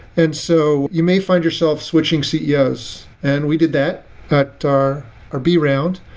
and so you may find yourself switching ceos, and we did that that to our our b round.